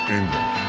England